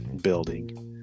building